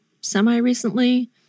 semi-recently